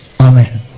Amen